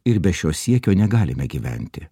ir be šio siekio negalime gyventi